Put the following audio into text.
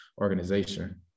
organization